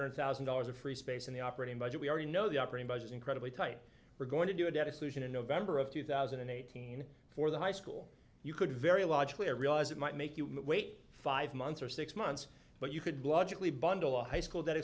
hundred thousand dollars of free space in the operating budget we already know the operating budget incredibly tight we're going to do it at a solution in november of two thousand and eighteen for the high school you could very logically realize it might make you wait five months or six months but you could logically bundle a high school that